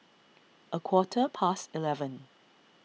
a quarter past eleven